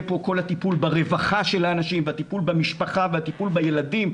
בו כל הטיפול ברווחה של האנשים והטיפול במשפחה והטיפול בילדים.